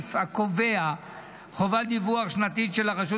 סעיף הקובע חובת דיווח שנתית של הרשות